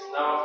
Now